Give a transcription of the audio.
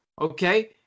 okay